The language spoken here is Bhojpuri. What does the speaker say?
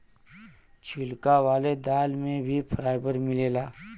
छिलका वाले दाल में भी फाइबर मिलला